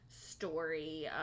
story